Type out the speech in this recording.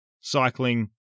cycling